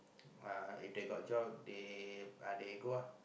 uh if they got job they they go ah